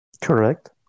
correct